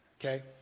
okay